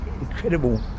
incredible